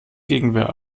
gegenwehr